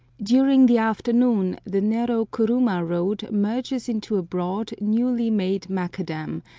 during the afternoon the narrow kuruma road merges into a broad, newly made macadam,